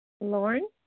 Lauren